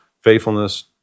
faithfulness